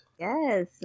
Yes